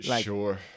Sure